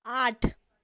आठ